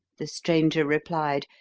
the stranger replied,